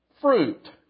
fruit